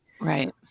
Right